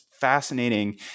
Fascinating